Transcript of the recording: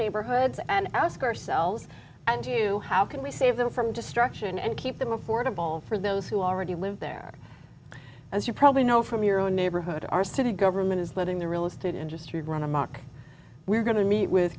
neighborhoods and ask ourselves and you how can we save them from destruction and keep them affordable for those who already live there as you probably know from your own neighborhood our city government is letting the real estate industry run amok we're going to meet with